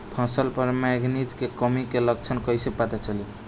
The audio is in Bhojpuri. फसल पर मैगनीज के कमी के लक्षण कईसे पता चली?